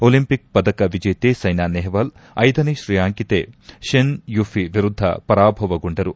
Olympic ಪದಕ ವಿಜೇತೆ ಸೈನಾ ನೆಹವಾಲ್ ಐದನೇ ತ್ರೇಯಾಂಕಿತೆ ಶೆನ್ ಯುಫಿ ವಿರುದ್ದ ಪರಾಭವಗೊಂಡರು